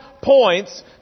points